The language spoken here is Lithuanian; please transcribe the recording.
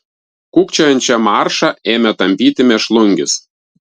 kūkčiojančią maršą ėmė tampyti mėšlungis